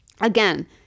again